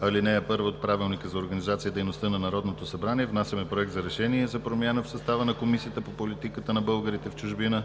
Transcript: ал. 1 от Правилника за организация и дейността на Народното събрание внасяме проект за Решение за промяна в състава на Комисията по политиките на българите в чужбина.